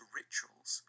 rituals